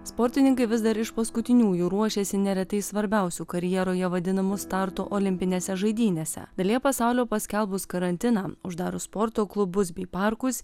sportininkai vis dar iš paskutiniųjų ruošiasi neretai svarbiausiu karjeroje vadinamu startu olimpinėse žaidynėse dalyje pasaulio paskelbus karantiną uždarius sporto klubus bei parkus